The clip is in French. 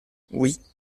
oui